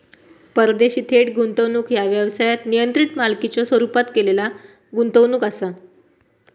परदेशी थेट गुंतवणूक ह्या व्यवसायात नियंत्रित मालकीच्यो स्वरूपात केलेला गुंतवणूक असा